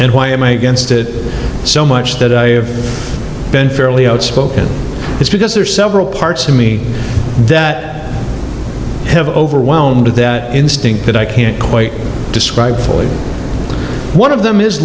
why am i against it so much that i have been fairly outspoken it's because there are several parts to me that have overwhelmed that instinct that i can't quite describe for you one of them is